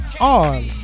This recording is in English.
on